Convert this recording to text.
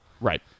Right